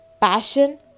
Passion